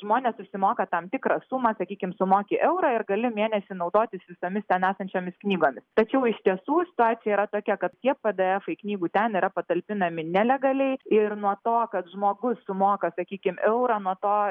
žmonės susimoka tam tikrą sumą sakykim sumoki eurą ir gali mėnesį naudotis visomis ten esančiomis knygomis tačiau iš tiesų situacija yra tokia kad tie pė dė efai knygų ten yra patalpinami nelegaliai ir nuo to kad žmogus sumoka sakykim eurą nuo to